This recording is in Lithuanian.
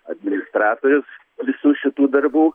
administratorius visų šitų darbų